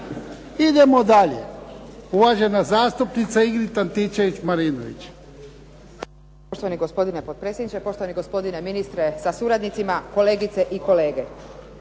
Idemo dalje. Uvažena zastupnica Ingrid Antičević-Marinović.